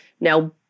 Now